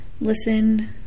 listen